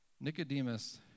Nicodemus